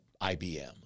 IBM